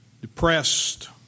depressed